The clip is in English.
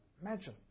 Imagine